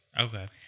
Okay